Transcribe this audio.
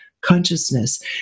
consciousness